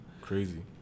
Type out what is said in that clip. Crazy